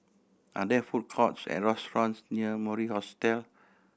are there food courts or restaurants near Mori Hostel